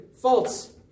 false